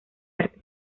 arte